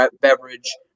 beverage